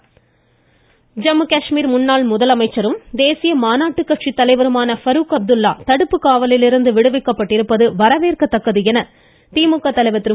மமமமம ஸ்டாலின் ஜம்முகாஷ்மீர் முன்னாள் முதலமைச்சரும் தேசிய மாநாட்டு கட்சித்தலைவருமான பரூக் அப்துல்லா தடுப்பு காவலிலிருந்து விடுவிக்கப்பட்டிருப்பது வரவேற்கத்தக்கது என திமுக தலைவர் திரு